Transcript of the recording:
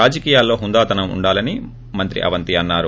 రాజకీయాల్లో హుందాతనం ఉండాలని మంత్రి అవంతి అన్నారు